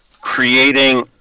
creating